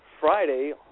Friday